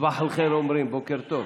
סבאח אל-ח'יר אומרים, בוקר טוב.